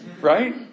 Right